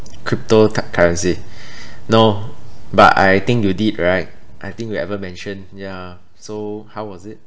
crypto type currency no but I think you did right I think you ever mention yeah so how was it